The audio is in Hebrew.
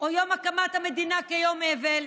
או יום הקמת המדינה כיום אבל,